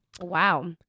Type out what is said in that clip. Wow